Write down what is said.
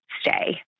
stay